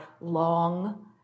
long